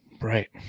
right